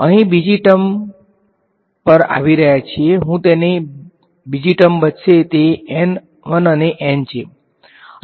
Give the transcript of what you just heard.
અહીં બીજી ટર્મ પર આવી રહ્યા છીએ હું તેને બીજુ ટર્મ બચશે તે અને છે અને તેઓ એકબીજાના ઑપોઝીટ છે